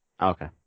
Okay